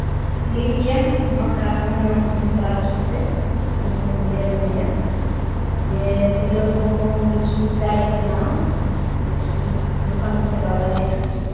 ᱴᱷᱤᱠ ᱜᱮᱭᱟ ᱯᱮᱲᱟ ᱠᱚᱦᱚᱸ ᱧᱩ ᱛᱟᱨᱟ ᱦᱚᱪᱚ ᱠᱚᱯᱮ ᱩᱱᱠᱩ ᱦᱚᱸ ᱠᱚ ᱩᱭᱦᱟᱹᱨ ᱫᱚᱦᱚᱭᱟ ᱡᱮ ᱛᱤᱨᱞᱟᱹ ᱦᱚᱯᱚᱱ ᱠᱚᱦᱚᱸ ᱵᱮᱥ ᱵᱮᱥ ᱪᱟᱭ ᱠᱚ ᱵᱮᱱᱟᱣᱟ ᱵᱮᱥ ᱵᱮᱥ ᱫᱚᱠᱟᱱ ᱠᱚ ᱪᱟᱞᱟᱣ ᱫᱟᱲᱮᱭᱟᱜᱼᱟ